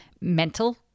mental